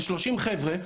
ל-30 חבר'ה,